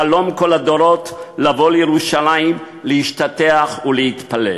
חלום כל הדורות לבוא לירושלים להשתטח ולהתפלל.